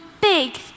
big